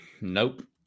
Nope